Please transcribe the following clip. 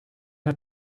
had